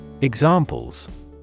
Examples